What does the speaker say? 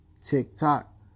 Tick-tock